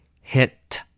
hit